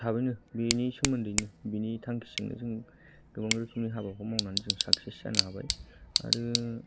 थाबैनो बेनि सोमोन्दैनो बेनि थांखिजोंनो जों गोबां रोखोमनि हाबाखौ मावनानै जोङो साक्सेस जानो हाबाय आरो